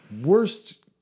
worst